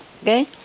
okay